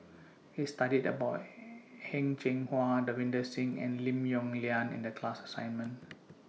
We studied about Heng Cheng Hwa Davinder Singh and Lim Yong Liang in The class assignment